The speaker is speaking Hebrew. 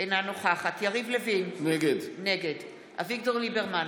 אינה נוכחת יריב לוין, נגד אביגדור ליברמן,